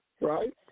right